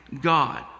God